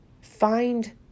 Find